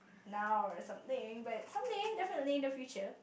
now or something but someday definitely in the future